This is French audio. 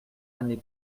année